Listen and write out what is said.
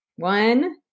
One